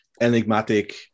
enigmatic